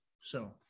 So-